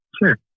Sure